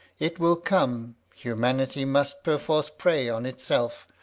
it will come, humanity must perforce prey on itself,